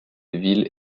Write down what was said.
ville